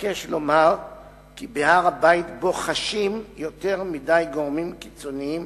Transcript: אבקש לומר כי בהר-הבית בוחשים יותר מדי גורמים קיצוניים